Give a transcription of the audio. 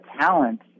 talent